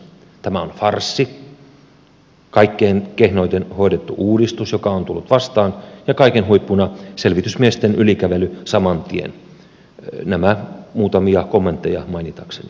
tämä on farssi kaikkein kehnoiten hoidettu uudistus joka on tullut vastaan ja kaiken huippuna selvitysmiesten yli kävely saman tien muutamia kommentteja mainitakseni